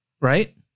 Right